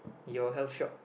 your health shop